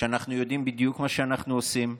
שאנחנו יודעים בדיוק מה שאנחנו עושים,